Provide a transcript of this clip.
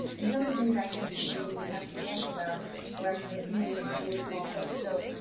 and some of the things actually figured we would have to guess about were actually in this small book. so